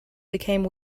became